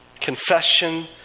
confession